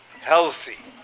healthy